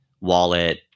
wallet